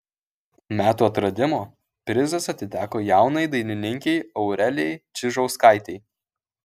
metų atradimo prizas atiteko jaunai dainininkei aurelijai čižauskaitei